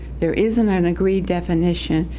there isn't an agreed definition.